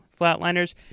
Flatliners